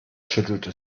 schüttelte